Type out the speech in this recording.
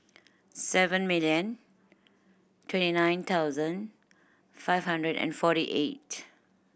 seven million twenty nine thousand five hundred and forty eight